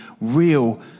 real